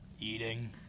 Eating